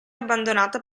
abbandonata